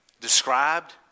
described